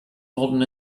modern